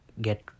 get